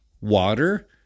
water